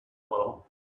little